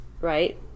Right